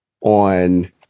on